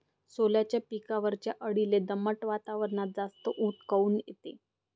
सोल्याच्या पिकावरच्या अळीले दमट वातावरनात जास्त ऊत काऊन येते?